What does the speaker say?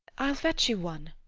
i'll fetch you one.